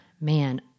man